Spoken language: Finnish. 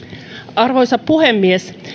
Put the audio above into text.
arvoisa puhemies